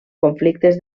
conflictes